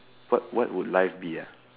what what would life be ah